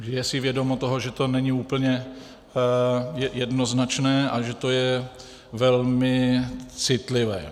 Takže je si vědomo toho, že to není úplně jednoznačné a že to je velmi citlivé.